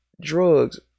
drugs